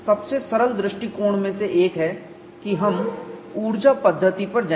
सबसे सरल दृष्टिकोण में से एक है कि हम ऊर्जा पद्धति पर जाएंगे